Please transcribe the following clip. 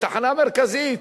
בתחנה המרכזית,